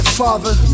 father